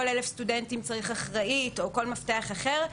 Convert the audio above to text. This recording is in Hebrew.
1,000 סטודנטים צריך אחראית או כל מפתח אחר.